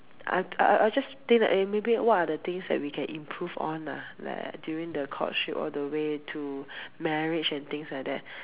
I'm I'll just think eh maybe what are things that we can improve on lah like during the courtship all the way to marriage and things like that